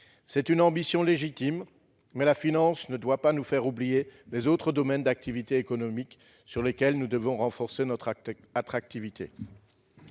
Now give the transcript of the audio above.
C'est une ambition légitime, mais la finance ne doit pas nous faire oublier les autres domaines d'activité économique dans lesquels nous devons renforcer notre attractivité.